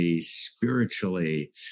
spiritually